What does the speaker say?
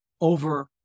over